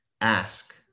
ask